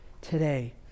today